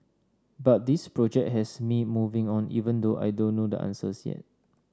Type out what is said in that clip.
but this project has me moving on even though I don't know the answers yet